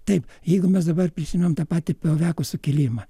taip jeigu mes dabar prisimenam tą patį pevekų sukilimą